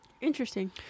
Interesting